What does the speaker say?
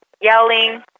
yelling